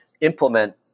implement